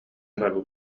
барбыт